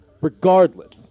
Regardless